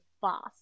fast